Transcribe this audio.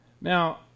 Now